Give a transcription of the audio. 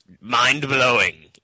mind-blowing